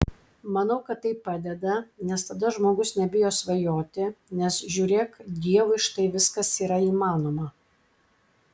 manau kad tai padeda nes tada žmogus nebijo svajoti nes žiūrėk dievui štai viskas yra įmanoma